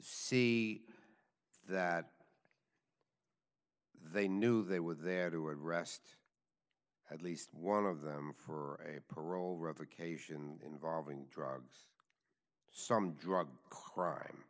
see that they knew they were there to arrest at least one of them for a parole revocation involving drugs some drug crime